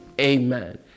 amen